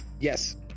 Yes